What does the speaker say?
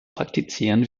praktizieren